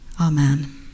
Amen